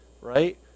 right